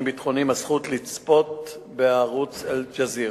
ביטחוניים הזכות לצפות בערוץ "אל-ג'זירה".